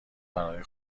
برای